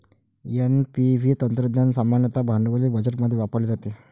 NPV तंत्रज्ञान सामान्यतः भांडवली बजेटमध्ये वापरले जाते